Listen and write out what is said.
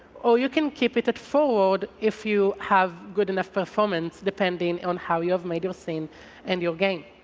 or you can keep it at forward if you have good enough performance, depending depending on how you have made your scene and your game.